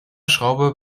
schraube